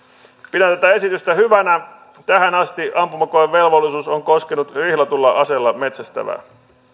pidän tätä esitystä hyvänä tähän asti ampumakoevelvollisuus on koskenut rihlatulla aseella metsästävää